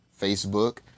Facebook